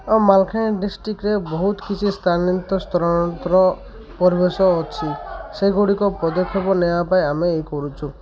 ଆଉ ମାଲକାନଗିରି ଡିଷ୍ଟ୍ରିକ୍ଟ୍ରେ ବହୁତ କିଛି ସ୍ଥାନାସ୍ତରଣ ପରିବେଶ ଅଛି ସେଗୁଡ଼ିକ ପଦକ୍ଷେପ ନେବା ପାଇଁ ଆମେ ଏଇ କରୁଛୁ